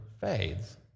fades